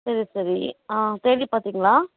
சரி சரி ஆ தேடி பார்த்தீங்களா